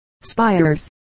Spires